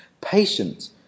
patient